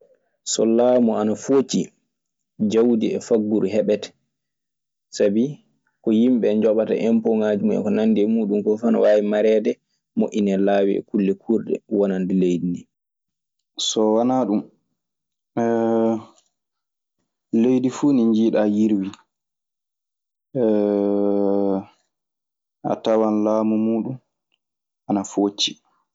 So lamu ana foci jawdi e faguru heɓete. Sabii ko himɓe joɓata impogaji mun hen. ko nandi e mun ko ana wawi mareɗe moyinɗe lawi e kulle kurɗe wonnande leydiɗi. So wonaa ɗum, leydi fuu njiɗa yirwi, a tawan laamu muɗum ana foccii.